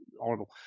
Horrible